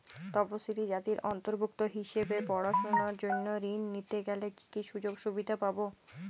তফসিলি জাতির অন্তর্ভুক্ত হিসাবে পড়াশুনার জন্য ঋণ নিতে গেলে কী কী সুযোগ সুবিধে পাব?